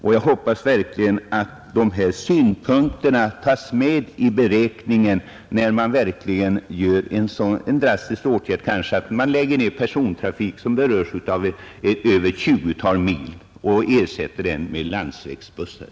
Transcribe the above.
Jag hoppas verkligen att de synpunkterna tas med i beräkningen, när man planerar en sådan drastisk åtgärd som att lägga ned persontrafiken över så långa sträckor som ett 20-tal mil och ersätta den med landsvägsbussar.